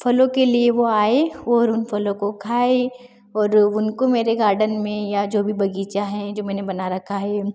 फ़लों के लिए वह आए और उन फ़लों को खाए और उनको मेरे गार्डन में या जो भी बगीचा हैं जो मैंने बना रखा है